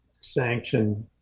sanction